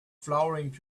flowering